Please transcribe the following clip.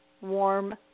warm